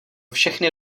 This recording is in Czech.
všechny